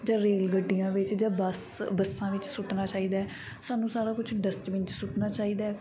ਜਾਂ ਰੇਲ ਗੱਡੀਆਂ ਵਿੱਚ ਜਾਂ ਬੱਸ ਬੱਸਾਂ ਵਿੱਚ ਸੁੱਟਣਾ ਚਾਹੀਦਾ ਹੈ ਸਾਨੂੰ ਸਾਰਾ ਕੁਛ ਡਸਟਬੀਨ 'ਚ ਸੁੱਟਣਾ ਚਾਹੀਦਾ ਹੈ